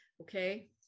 Okay